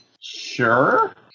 Sure